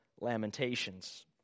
Lamentations